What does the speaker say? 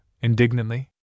indignantly